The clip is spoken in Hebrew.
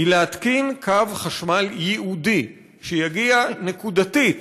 היא להתקין קו חשמל ייעודי, שיגיע נקודתית